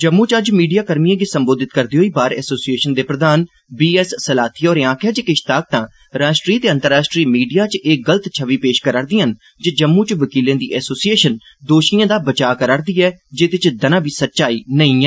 जम्मू च अज्ज मीडिया कर्मिएं गी सम्बोधित करदे होई बार एसोसिएशन दे प्रधान बी एस सलाथिया होरें आक्खेआ जे किश ताकतां राष्ट्री ते अंतर्राष्ट्री मीडिया च एह् गलत छवि पेश करा'रदियां न जे जम्मू च वकीलें दी एसोसिएशन दोषिएं दा बचाऽ करा'रदी ऐ जेदे च दना बी सच्चाई नेई ऐ